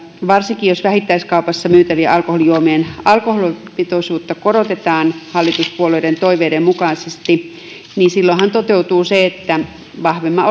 varsinkin jos vähittäiskaupassa myytävien alkoholijuomien alkoholipitoisuutta korotetaan hallituspuolueiden toiveiden mukaisesti silloinhan toteutuu se että vahvemman